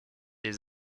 des